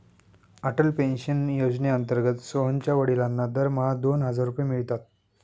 Atal pension योजनेअंतर्गत सोहनच्या वडिलांना दरमहा दोन हजार रुपये मिळतात